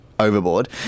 Overboard